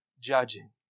judging